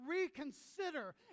reconsider